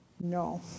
No